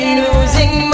losing